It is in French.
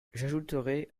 j’ajouterai